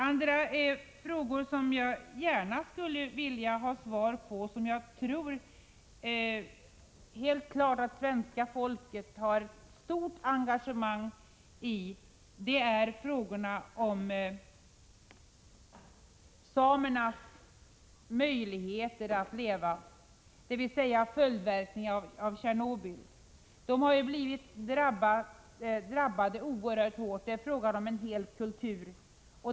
Andra frågor som jag gärna skulle vilja ha svar på, och som jag tror att svenska folket engagerar sig mycket i, gäller samernas möjligheter att leva, dvs. följdverkningarna av Tjernobyl. Samerna drabbades oerhört hårt. Det är fråga om en hel kultur.